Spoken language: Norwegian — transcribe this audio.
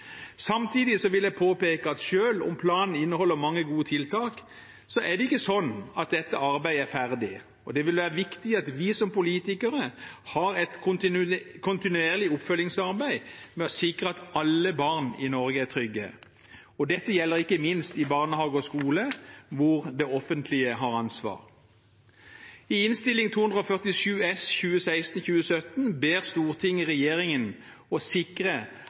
Samtidig vil jeg påpeke at selv om planen inneholder mange gode tiltak, er det ikke slik at dette arbeidet er ferdig. Det vil være viktig at vi som politikere har et kontinuerlig oppfølgingsarbeid for å sikre at alle barn i Norge er trygge. Dette gjelder ikke minst i barnehage og skole, hvor det offentlige har ansvar. I Innst. 247 S for 2016–2017 ber Stortinget regjeringen sikre